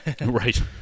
Right